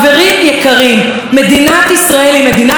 מדינת ישראל היא מדינת הלאום של העם היהודי,